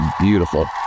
beautiful